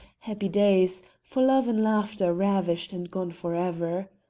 happy days, for love and laughter ravished and gone for ever.